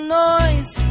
noise